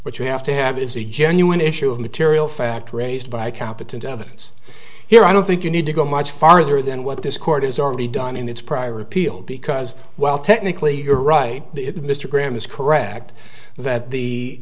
what you have to have is a genuine issue of material fact raised by competent evidence here i don't think you need to go much farther than what this court has already done in its prior appeal because well technically you're right mr graham is correct that the